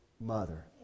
mother